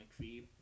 McPhee